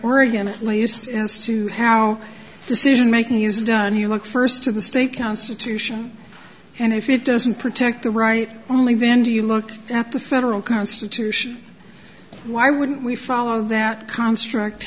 oregon at least as to how decisionmaking is done you look first to the state constitution and if it doesn't protect the right only then do you look at the federal constitution why wouldn't we follow that construct